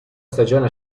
stagione